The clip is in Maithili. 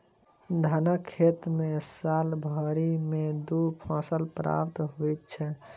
धानक खेत मे साल भरि मे दू फसल प्राप्त होइत छै